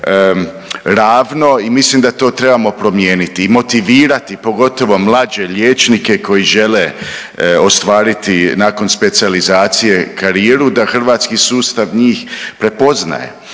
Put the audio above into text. ravno i mislim da to trebamo promijeniti i motivirati, pogotovo mlađe liječnike koji žele ostvariti nakon specijalizacije karijeru da hrvatski sustav njih prepoznaje.